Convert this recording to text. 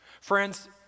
Friends